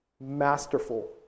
masterful